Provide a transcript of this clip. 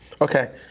Okay